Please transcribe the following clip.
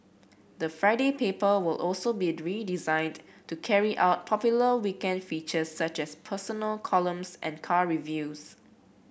the Friday paper will also be redesigned to carry out popular weekend feature such as personal columns and car reviews